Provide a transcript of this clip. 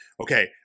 okay